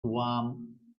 warm